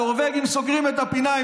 הנורבגים סוגרים את הפינה,